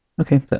Okay